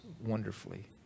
wonderfully